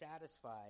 satisfied